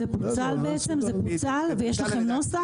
זה פוצל ויש לכם נוסח?